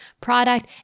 product